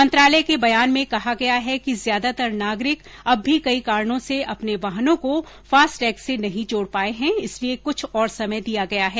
मंत्रालय के बयान में कहा गया है कि ज्यादातर नागरिक अब भी कई कारणों से अपने वाहनों को फास्टैग से नहीं जोड़ पाये हैं इसलिए कुछ और समय दिया गया है